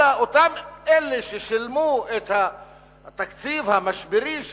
אלא אותם אלה ששילמו את התקציב המשברי של